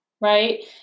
right